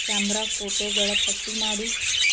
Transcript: camera ಫೋಟೋಗಳ ಪಟ್ಟಿ ಮಾಡು